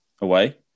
away